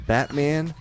Batman